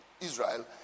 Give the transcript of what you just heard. israel